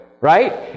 right